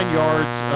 yards